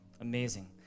Amazing